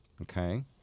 Okay